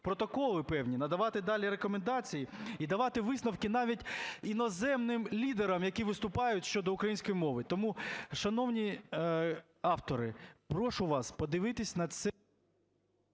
протоколи певні, надавати далі рекомендації і давати висновки навіть іноземним лідерам, які виступають щодо української мови. Тому, шановні автори, прошу вас подивитись на це…